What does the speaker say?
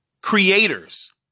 Creators